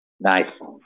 Nice